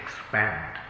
expand